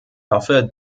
hoffe